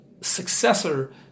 successor